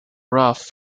rough